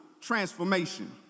transformation